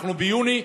אנחנו ביוני,